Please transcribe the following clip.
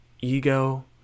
ego